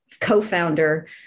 co-founder